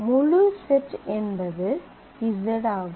முழு செட் என்பது இசட் ஆகும்